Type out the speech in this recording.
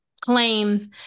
claims